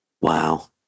Wow